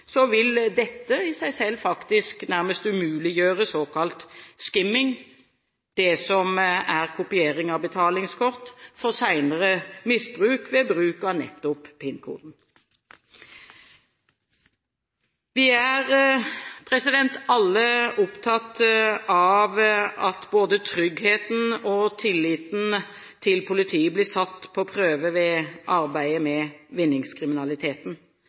vil dette i seg selv nærmest umuliggjøre såkalt skimming – dvs. kopiering av betalingskort for senere misbruk ved bruk av nettopp PIN-koden. Vi er alle opptatt av at både tryggheten og tilliten til politiet blir satt på prøve ved arbeidet med vinningskriminaliteten.